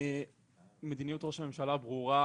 מדיניות ראש הממשלה ברורה,